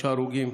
שלושה הרוגים.